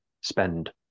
spend